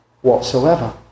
whatsoever